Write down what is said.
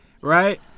Right